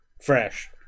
Fresh